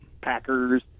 Packers